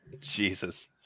Jesus